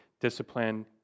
discipline